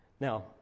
Now